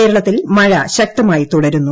കേരളത്തിൽ മഴ ശക്തമായി തുടരുന്നു